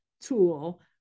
tool